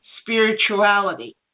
spirituality